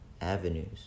avenues